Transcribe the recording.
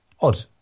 Odd